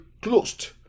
closed